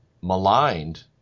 maligned